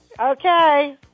Okay